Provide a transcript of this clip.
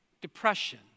Depression